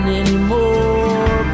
anymore